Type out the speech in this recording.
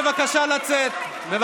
בבקשה לצאת.